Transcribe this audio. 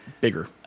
bigger